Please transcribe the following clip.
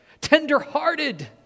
tenderhearted